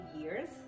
years